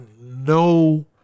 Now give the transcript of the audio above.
no